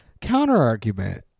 Counter-argument